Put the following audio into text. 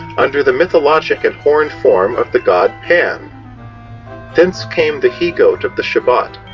under the mythologic and horned form of the god pan thence came the he-goat of the sabbat,